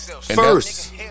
First